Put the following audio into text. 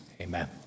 Amen